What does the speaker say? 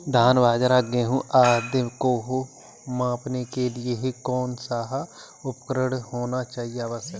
धान बाजरा गेहूँ आदि को मापने के लिए कौन सा उपकरण होना आवश्यक है?